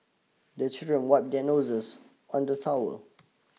the children wipe their noses on the towel